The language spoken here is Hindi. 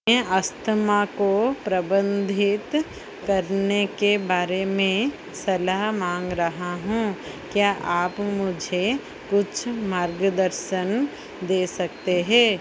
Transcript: मैं आस्थमा को प्रबंधित करने के बारे में सलाह माँग रहा हूँ क्या आप मुझे कुछ मार्गदर्शन दे सकते है